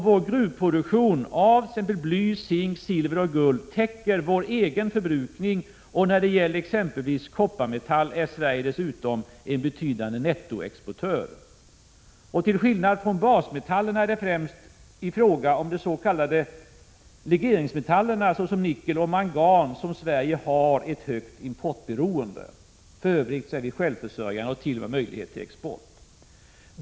Vår gruvproduktion av t.ex. bly, zink, silver och guld täcker vår egen förbrukning och när det gäller exempelvis kopparmetall är Sverige dessutom en betydande nettoexportör. Till skillnad från basmetallerna är det främst i fråga om de s.k. legeringsmetallerna, såsom nickel och mangan, som Sverige har ett högt importberoende. För Övrigt är vi självförsörjande och har t.o.m. möjlighet till export.